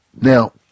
Now